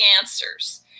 answers